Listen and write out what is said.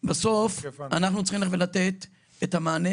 בסוף אנחנו צריכים לתת את המענה,